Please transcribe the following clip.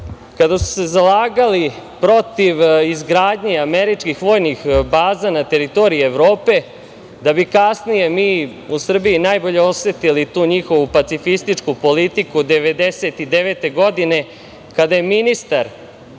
Kada su se zalagali protiv izgradnje američkih vojnih baza na teritoriji Evrope, da bi kasnije mi u Srbiji najbolje osetili tu njihovu pacifističku politiku 1999. godine, kada je ministar